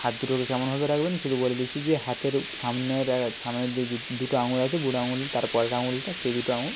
হাত দুটোকে কেমন ভাবে রাখবেন শুধু বলে দিচ্ছি যে হাতের সামনের সামনের দিকে যে দুটো আঙুল আছে বুড়ো আঙুল তার পরের আঙুলটা সেই দুটো আঙুল